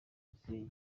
gisenyi